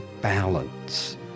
balance